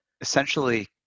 essentially